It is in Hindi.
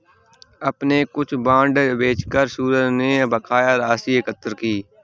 अपने कुछ बांड बेचकर सूरज ने बकाया राशि एकत्र की